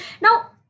Now